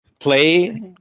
play